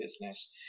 business